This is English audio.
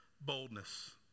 boldness